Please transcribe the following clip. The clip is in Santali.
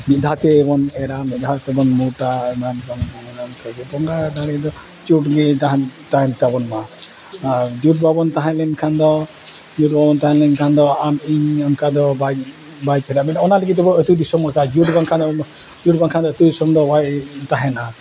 ᱢᱤᱫ ᱫᱷᱟᱣ ᱛᱮᱵᱚᱱ ᱮᱨᱟ ᱢᱤᱫ ᱫᱷᱟᱣ ᱛᱮᱵᱚᱱ ᱢᱩᱴᱟ ᱮᱢᱟᱱ ᱛᱮ ᱵᱚᱸᱜᱟ ᱫᱟᱲᱮ ᱫᱚ ᱡᱩᱴ ᱜᱮ ᱛᱟᱦᱮᱱ ᱛᱟᱦᱮᱱ ᱛᱟᱵᱚᱱ ᱢᱟ ᱟᱨ ᱡᱩᱴ ᱵᱟᱵᱚᱱ ᱛᱟᱦᱮᱸ ᱞᱮᱱᱠᱷᱟᱱ ᱫᱚ ᱡᱩᱴ ᱵᱟᱵᱚᱱ ᱛᱟᱦᱮᱸ ᱞᱮᱱᱠᱷᱟᱱ ᱫᱚ ᱟᱢ ᱤᱧ ᱚᱱᱠᱟ ᱫᱚ ᱵᱟᱭ ᱵᱟᱭ ᱪᱟᱞᱟᱜᱼᱟ ᱚᱱᱟ ᱞᱟᱹᱜᱤᱫ ᱛᱮᱵᱚ ᱟᱛᱳ ᱫᱤᱥᱚᱢ ᱟᱠᱟᱫᱼᱟ ᱡᱩᱴ ᱵᱟᱝᱠᱷᱟᱱ ᱫᱚ ᱡᱩᱴ ᱵᱟᱝᱠᱷᱟᱱ ᱫᱚ ᱟᱛᱳ ᱫᱤᱥᱚᱢ ᱫᱚ ᱵᱟᱭ ᱛᱟᱦᱮᱱᱟ